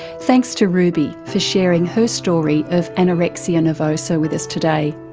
thanks to ruby for sharing her story of anorexia nervosa with us today.